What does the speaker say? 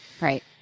Right